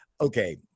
Okay